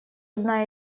одна